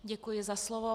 Děkuji za slovo.